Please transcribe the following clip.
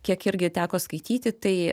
kiek irgi teko skaityti tai